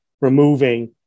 removing